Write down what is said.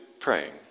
praying